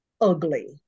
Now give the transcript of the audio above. ugly